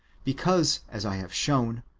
because as i have shown,